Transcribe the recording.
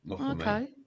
Okay